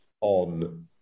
on